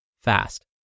fast